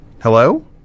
hello